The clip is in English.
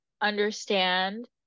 understand